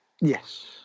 Yes